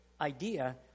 idea